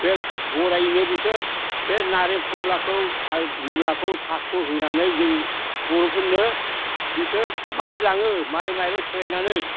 बे गराइजोंनो बिसोर बे नारें खमलाखौ आरो मुलाखौ थास'खौ होनानै जों बर'फोरनो बिसोर माइ लाङो माइ माइरं सोलायनानै